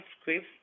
scripts